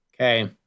Okay